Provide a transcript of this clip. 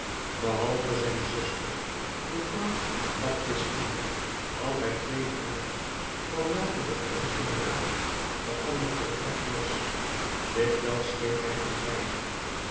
behalve zijn zuster mejuffrouw baptistine had hij twee broeders van welken de een generaal de andere prefekt was dikwijls schreef hij aan beiden